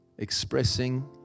expressing